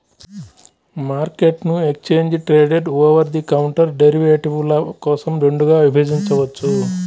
మార్కెట్ను exchange traded, over the counter డెరివేటివ్ల కోసం రెండుగా విభజించవచ్చు